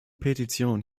petitionen